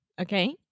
Okay